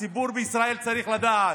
הציבור בישראל צריך לדעת: